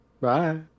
Bye